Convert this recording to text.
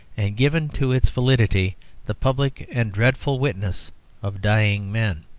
and given to its validity the public and dreadful witness of dying men.